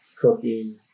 cooking